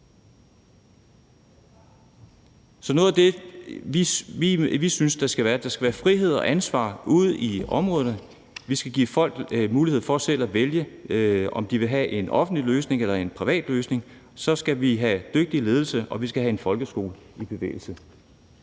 Så noget af det, vi synes der skal være, er frihed og ansvar ude i områderne. Vi skal give folk mulighed for selv at vælge, om de vil have en offentlig løsning eller en privat løsning; så skal vi have dygtig ledelse, og vi skal have en folkeskole i bevægelse.